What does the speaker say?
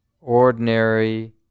ordinary